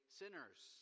sinners